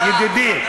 ידידי,